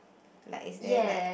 like is there like